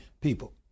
people